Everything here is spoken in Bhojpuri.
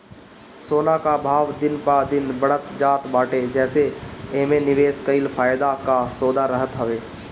सोना कअ भाव दिन प दिन बढ़ते जात बाटे जेसे एमे निवेश कईल फायदा कअ सौदा रहत हवे